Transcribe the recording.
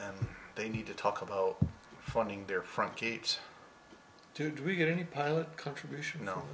and they need to talk about funding their front gates to do we get any pilot contribution you know